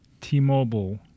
T-Mobile